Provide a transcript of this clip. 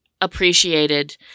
appreciated